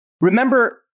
Remember